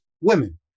women